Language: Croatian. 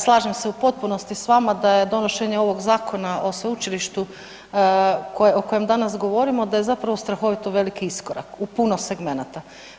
Slažem se u potpunosti s vama da je donošenje ovog zakona o sveučilištu o kojem danas govorimo, da je zapravo strahovito veliki iskorak u puno segmenata.